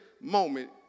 moment